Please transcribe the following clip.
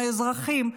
האזרחים,